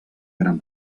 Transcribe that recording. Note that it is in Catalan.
gran